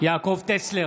יעקב טסלר, בעד